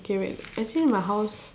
okay wait actually my house